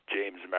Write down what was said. James